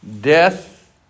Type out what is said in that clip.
death